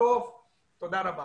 תודה רבה.